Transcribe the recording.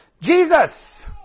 Jesus